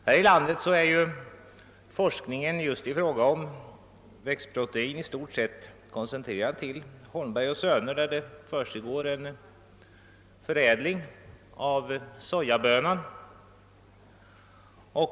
Här i landet är forskningen just i fråga om växtprotein i stort sett koncentrerad till Algot Holmberg & Söner AB, där man bedriver förädling av sojabönan.